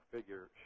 Figure